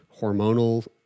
hormonal